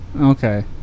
Okay